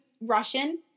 Russian